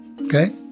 okay